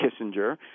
Kissinger